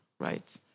right